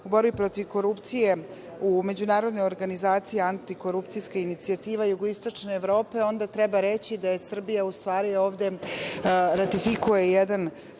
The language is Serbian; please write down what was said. u borbi protiv korupcije, u međunarodne organizacije antikorupcijske inicijative jugoistočne evrope, onda treba reći da je Srbija ustvari ovde da ratifikuje jedan